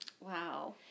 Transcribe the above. Wow